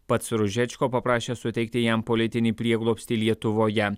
pats ružečko paprašė suteikti jam politinį prieglobstį lietuvoje